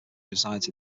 resides